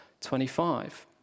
25